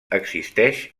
existeix